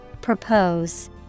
Propose